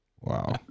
wow